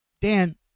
Dan